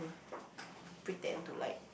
pretend to like